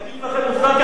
אני אטיף לכם מוסר,